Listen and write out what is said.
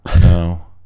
No